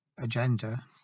agenda